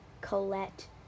colette